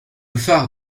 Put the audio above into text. phare